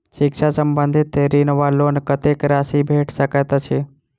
शिक्षा संबंधित ऋण वा लोन कत्तेक राशि भेट सकैत अछि?